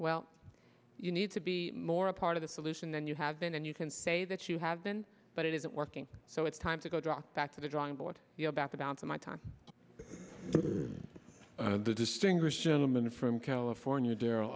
well you need to be more a part of the solution then you have been and you can say that you have been but it isn't working so it's time to go drop back to the drawing board about the balance of my time the distinguished gentleman from california darr